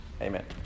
Amen